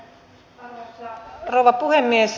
arvoisa rouva puhemies